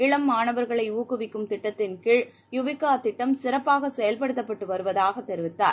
இளம் மாணவர்களை ஊக்குவிக்கும் திட்டத்தின் கீழ் யுவிகா திட்டம் சிறப்பாக செயல்படுத்தப்பட்டு வருவதாக தெரிவித்தார்